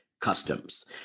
customs